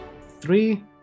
three